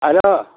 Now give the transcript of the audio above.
hello